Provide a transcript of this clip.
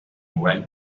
red